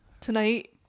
Tonight